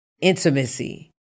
intimacy